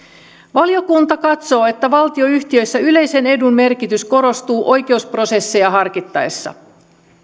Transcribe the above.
valiokunta katsoo että valtionyhtiöissä yleisen edun merkitys korostuu oikeusprosesseja harkittaessa